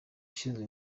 ushinzwe